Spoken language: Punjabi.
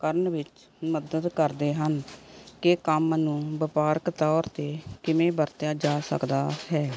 ਕਰਨ ਵਿੱਚ ਮਦਦ ਕਰਦੇ ਹਨ ਕਿ ਕੰਮ ਨੂੰ ਵਪਾਰਕ ਤੌਰ 'ਤੇ ਕਿਵੇਂ ਵਰਤਿਆ ਜਾ ਸਕਦਾ ਹੈ